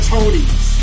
Tonys